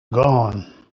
gone